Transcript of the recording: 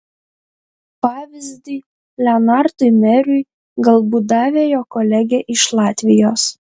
pavyzdį lenartui meriui galbūt davė jo kolegė iš latvijos